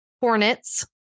Hornets